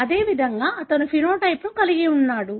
అదేవిధంగా అతను ఫెనోటైప్ ను కలిగి ఉన్నాడు